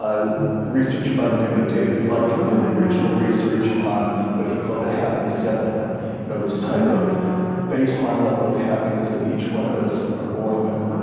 a researcher by the name of david lykken did the original research on what he called the happiness set point, you know, this type of base line level of happiness that each one of us are born with.